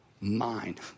mind